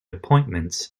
appointments